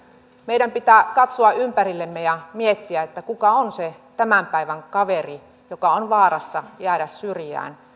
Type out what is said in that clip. meidän pitää katsoa ympärillemme ja miettiä kuka on se tämän päivän kaveri joka on vaarassa jäädä syrjään